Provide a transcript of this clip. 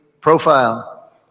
profile